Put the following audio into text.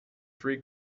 three